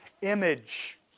image